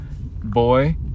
boy